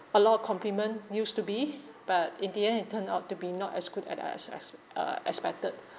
a lot of compliment used to be but in the end it turned out to be not as good at uh as as uh expected